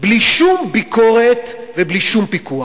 בלי שום ביקורת ובלי שום פיקוח.